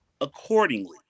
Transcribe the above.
accordingly